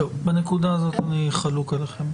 בנקודה הזאת אני חלוק עליכם.